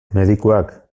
medikuak